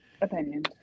opinion